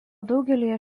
daugelyje